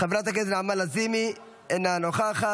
חברת הכנסת נעמה לזימי, אינה נוכחת.